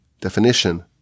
definition